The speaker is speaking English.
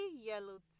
yellow